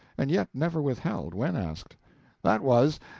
and yet never withheld when asked that was,